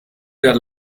der